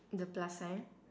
the plus sign